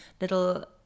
little